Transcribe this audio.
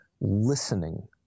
listening